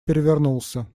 перевернулся